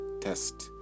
test